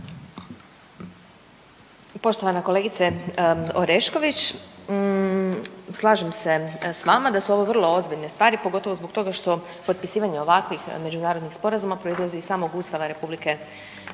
Poštovana kolegice Orešković. Slažem se s vama da su ovo vrlo ozbiljne stvari pogotovo zbog toga što potpisivanje ovakvih međunarodnih sporazuma proizlazi iz samog Ustava RH. Ono što bi